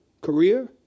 Career